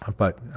but